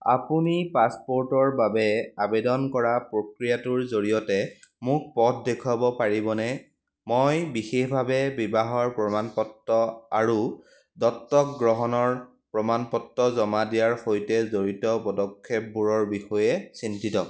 আপুনি পাছপোৰ্টৰ বাবে আবেদন কৰাৰ প্ৰক্ৰিয়াটোৰ জৰিয়তে মোক পথ দেখুৱাব পাৰিবনে মই বিশেষভাৱে বিবাহৰ প্ৰমাণপত্ত আৰু দত্তক গ্ৰহণৰ প্ৰমাণপত্ত জমা দিয়াৰ সৈতে জড়িত পদক্ষেপবোৰৰ বিষয়ে চিন্তিত